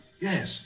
Yes